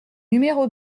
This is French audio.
numéro